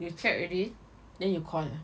you check already then you call